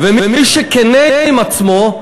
ומי שכנה עם עצמו,